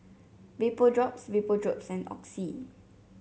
Vapodrops Vapodrops and Oxy